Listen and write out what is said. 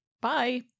Bye